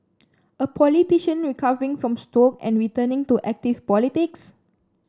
a politician recovering from stroke and returning to active politics